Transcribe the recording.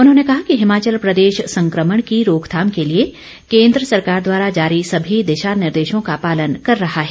उन्होंने कहा कि हिमाचल प्रदेश संक्रमण की रोकथाम के लिए केन्द्र सरकार द्वारा जारी सभी दिशा निर्देशों का पालन कर रहा है